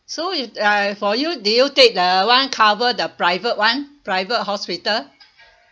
so you uh for you did you take the [one] cover the private [one] private hospital